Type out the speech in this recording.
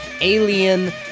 alien